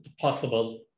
possible